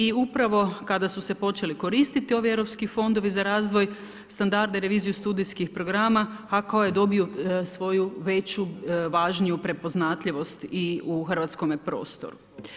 I u pravo kada su se počeli koristiti ovi europski europskih fondovi za razvoj standarda i reviziju studijskih programa, HKO je dobio svoju veću, važniju prepoznatljivosti u hrvatskome prostoru.